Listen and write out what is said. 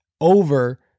over